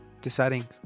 deciding